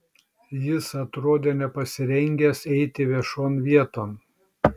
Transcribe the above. jis atrodė nepasirengęs eiti viešon vieton